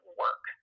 work